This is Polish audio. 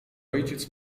ojciec